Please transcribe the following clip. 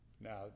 now